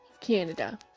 Canada